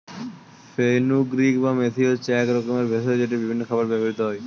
fenugreek বা মেথি হচ্ছে এক রকমের ভেষজ যেটি বিভিন্ন খাবারে ব্যবহৃত হয়